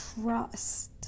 trust